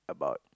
about